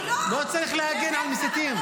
לא צריך להגן על מסיתים.